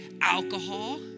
alcohol